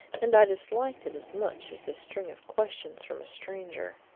and i disliked it as much as this string of questions from a stranger.